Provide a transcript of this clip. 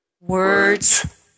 words